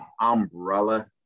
umbrella